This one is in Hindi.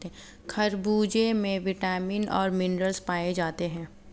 खरबूजे में विटामिन और मिनरल्स पाए जाते हैं